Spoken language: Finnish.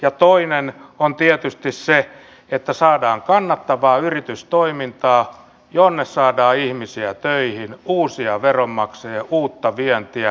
ja toinen on tietysti se että saadaan kannattavaa yritystoimintaa jonne saadaan ihmisiä töihin uusia veronmaksajia ja uutta vientiä